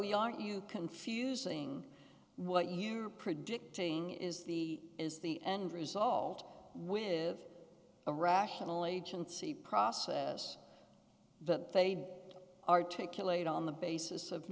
aren't you confusing what you are predicting is the is the end result with a rational agency process but they articulate on the basis of